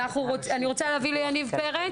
אני רוצה להביא ליניב פרץ.